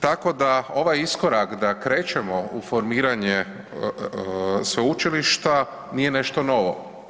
Tako da ovaj iskorak da krećemo u formiranje sveučilišta nije nešto novo.